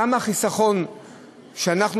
כמה חיסכון יש,